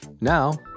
Now